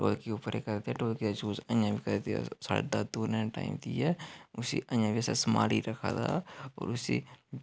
ढोलकी उप्पर गै करदे ढोलकी दा यूज अजें बी करदे अस ढोलकी साढ़े दादू होरें दे टाइम दी ऐ उसी अजें बी असें सम्हालियै रक्खे दा और उसी